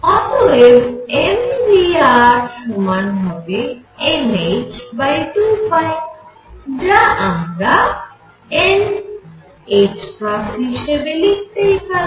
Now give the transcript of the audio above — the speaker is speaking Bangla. অতএব m v r সমান হবে nh2π যা আমরা nℏ হিসেবে লিখতেই পারি